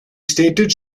stated